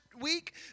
week